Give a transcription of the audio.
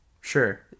Sure